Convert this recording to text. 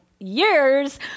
years